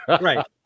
Right